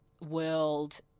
world